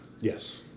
Yes